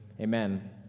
Amen